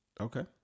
Okay